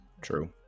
True